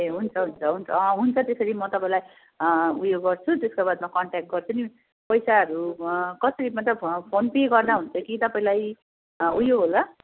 ए हुन्छ हुन्छ हुन्छ हुन्छ त्यसरी म तपाईँलाई उयो गर्छु त्यसको बादमा कन्ट्याक्ट गर्छु नि पैसाहरू कसरी मतलब फोन पे गर्दा हुन्छ कि तपाईँलाई उयो होला